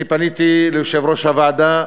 אני פניתי ליושב-ראש הוועדה,